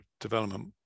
development